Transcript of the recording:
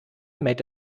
made